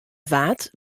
waard